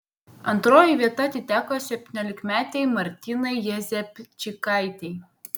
antroji vieta atiteko septyniolikmetei martynai jezepčikaitei